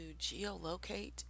geolocate